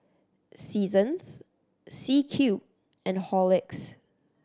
Seasons C Cube and Horlicks